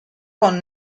con